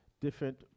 different